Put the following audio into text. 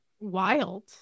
Wild